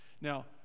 Now